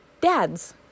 Dads